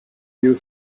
you